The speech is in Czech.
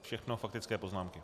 Všechno faktické poznámky.